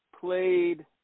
played